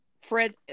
fred